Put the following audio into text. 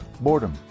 boredom